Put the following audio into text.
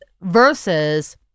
versus